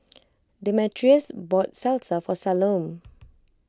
Demetrius bought Salsa for Salome